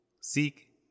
Seek